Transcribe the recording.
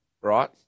right